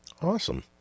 awesome